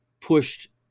pushed